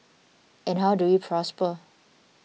and how do we prosper